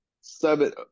seven